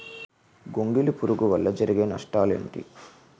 గొంగళి పురుగు వల్ల జరిగే నష్టాలేంటి?